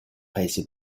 paesi